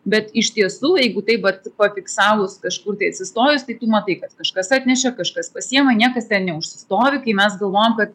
bet iš tiesų jeigu taip vat pafiksavus kažkur tai atsistojus tai tu matai kad kažkas atnešė kažkas pasiima niekas ten neužsistovi kai mes galvojom kad